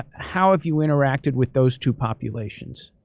how have you interacted with those two populations?